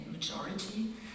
majority